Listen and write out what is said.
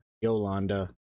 Yolanda